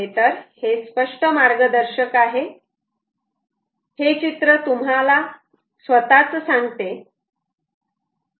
खरेतर हे स्पष्ट मार्गदर्शक आहे हे चित्र स्वतःच तुम्हाला सांगते